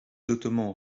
ottomans